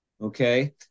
Okay